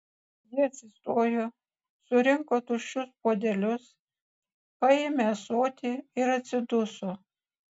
ji atsistojo surinko tuščius puodelius paėmė ąsotį ir atsiduso